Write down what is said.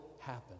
happen